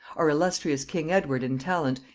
our illustrious king edward in talent,